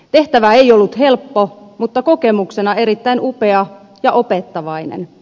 tehtävä ei ollut helppo mutta kokemuksena erittäin upea ja opettavainen